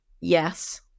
Yes